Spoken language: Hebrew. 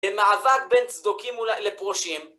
מאבק בין צדוקים לפרושים.